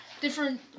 different